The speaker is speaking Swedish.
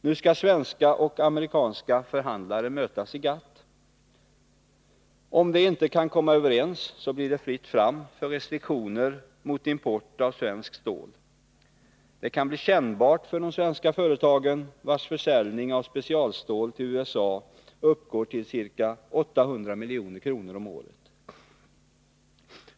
Nu skall svenska och amerikanska förhandlare mötas i GATT. Om de inte kan komma överens, blir det fritt fram för restriktioner mot import av svenskt stål. Det kan bli kännbart för de svenska företagen, vilkas försäljning av specialstål till USA uppgår till ca 800 milj.kr. om året.